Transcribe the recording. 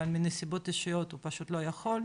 אבל מנסיבות אישיות הוא פשוט לא יכול.